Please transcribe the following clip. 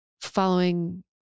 following